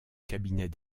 cabinet